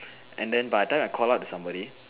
and then by the time I call out to somebody